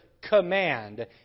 command